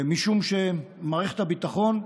משום שמערכת הביטחון,